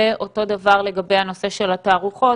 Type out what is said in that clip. ואותו דבר לגבי הנושא של התערוכות,